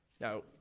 Now